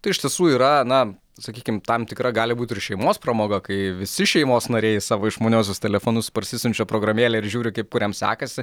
tai iš tiesų yra na sakykim tam tikra gali būt ir šeimos pramoga kai visi šeimos nariai į savo išmaniuosius telefonus parsisiunčia programėlę ir žiūri kaip kuriam sekasi